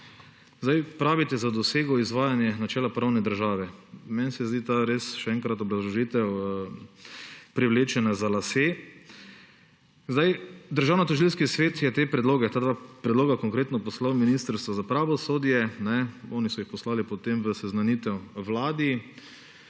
Pravite, za dosego izvajanje načela pravne države. Meni se zdi ta, še enkrat, obrazložitev privlečena za lase. Državnotožilski svet je ta dva predloga konkretno poslal Ministrstvu za pravosodje, oni so jih poslali potem v seznanitev Vladi,